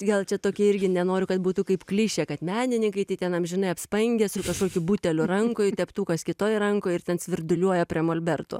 gal čia tokie irgi nenoriu kad būtų kaip klišė kad menininkai tai ten amžinai apspangę su kažkokiu buteliu rankoj teptukas kitoj rankoj ir ten svirduliuoja prie molberto